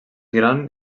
gran